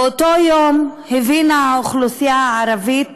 באותו יום הבינה האוכלוסייה הערבית